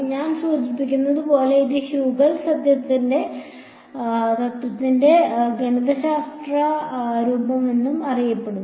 ഞാൻ സൂചിപ്പിച്ചതുപോലെ ഇത് ഹ്യൂഗൻസ് തത്വത്തിന്റെ ഗണിതശാസ്ത്ര രൂപമെന്നും അറിയപ്പെടുന്നു